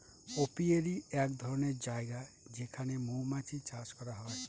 apiary এক ধরনের জায়গা যেখানে মৌমাছি চাষ করা হয়